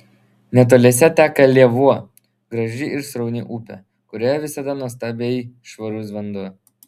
netoliese teka lėvuo graži ir srauni upė kurioje visada nuostabiai švarus vanduo